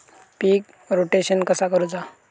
पीक rotation कसा करूचा?